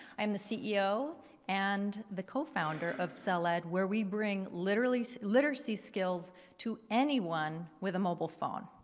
i'm the ceo and the co-founder of cell-ed where we bring literally literacy skills to anyone with a mobile phone,